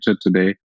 today